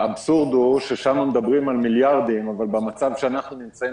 האבסורד הוא ששם מדברים על מיליארדים אבל במצב שאנחנו נמצאים